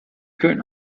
current